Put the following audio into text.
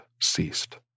ceased